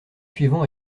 suivant